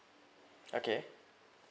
okay